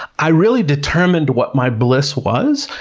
i really determined what my bliss was,